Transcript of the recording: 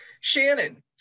Shannon